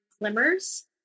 glimmers